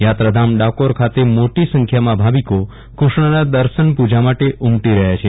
યાત્રાધામ ડાકોર ખાતે મોટી સંખ્યામાં ભાવિકો ક્રષ્ણના દર્શન પૂજા માટે ઉમટી રહ્યા છે